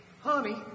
Honey